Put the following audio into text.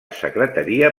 secretaria